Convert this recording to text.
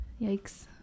Yikes